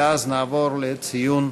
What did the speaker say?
ואז נעבור לציון